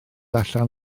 allan